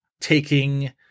taking